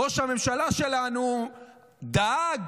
ראש הממשלה שלנו דאג